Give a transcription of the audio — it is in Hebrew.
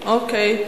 אוקיי,